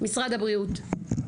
משרד הבריאות.